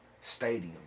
Stadium